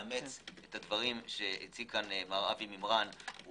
לאמץ את הדברים שאמר פה אבי מימרן הוא